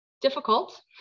difficult